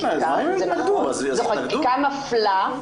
זו חקיקה מפלה,